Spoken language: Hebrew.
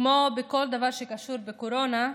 כמו בכל דבר שקשור לקורונה,